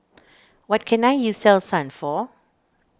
what can I use Selsun for